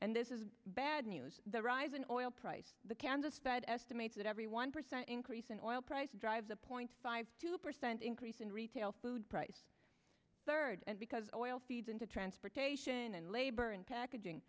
and this is bad news the rise in oil price the canvas that estimates that every one percent increase in oil price drives a point two percent increase in retail food price third and because oil feeds into transportation and labor and packaging